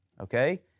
okay